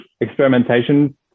experimentation